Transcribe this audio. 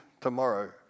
tomorrow